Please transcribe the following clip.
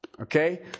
okay